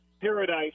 Paradise